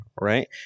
right